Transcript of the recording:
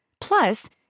Plus